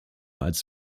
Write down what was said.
als